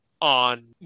on